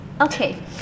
Okay